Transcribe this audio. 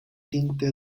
tinte